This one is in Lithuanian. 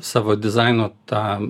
savo dizaino tą